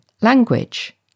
Language